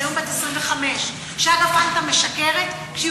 היא היום בת 25. שגה פנטה משקרת כשהיא